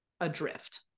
adrift